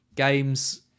games